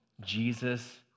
Jesus